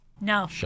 No